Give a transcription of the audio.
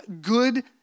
good